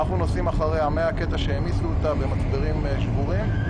אנחנו נוסעים אחריה מהקטע שהעמיסו אותה במצברים שבורים.